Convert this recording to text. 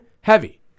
heavy